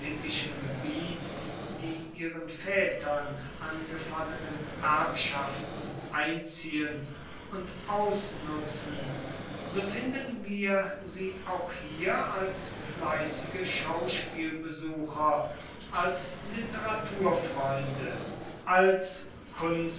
gebiet die ihren vätern angefallenen erbschaften einziehen und ausnutzen so finden wir sie auch hier als fleißige schauspielbesucher als literaturfreunde als